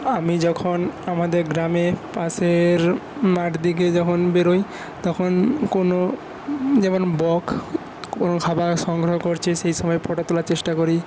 আমি যখন আমাদের গ্রামের পাশের মাঠ দিকে যখন বেরোই তখন কোনও যেমন বক কোনও খাবার সংগ্রহ করছে সেই সময় ফটো তোলার চেষ্টা করি